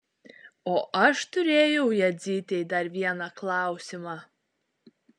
o aš turėjau jadzytei dar vieną klausimą